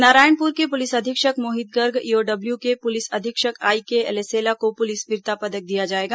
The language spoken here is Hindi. नारायणपुर के पुलिस अधीक्षक मोहित गर्ग और ईओडब्ल्यू के पुलिस अधीक्षक आईके एलेसेला को पुलिस वीरता पदक दिया जाएगा